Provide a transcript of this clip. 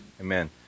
Amen